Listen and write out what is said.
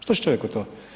Što će čovjeku to?